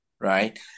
Right